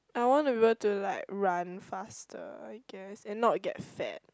I want to be able to like run faster I guess and not get fat